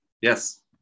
yes